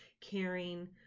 caring